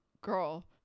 girl